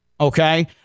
okay